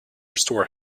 restore